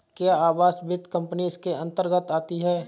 क्या आवास वित्त कंपनी इसके अन्तर्गत आती है?